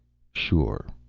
sure.